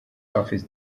office